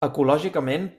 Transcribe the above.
ecològicament